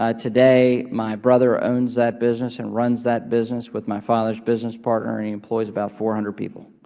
ah today my brother owns that business and runs that business with my father's business partner and he employs about four hundred people.